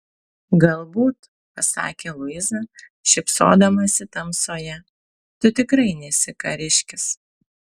galbūt pasakė luiza šypsodamasi tamsoje tu tikrai nesi kariškis